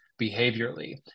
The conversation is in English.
behaviorally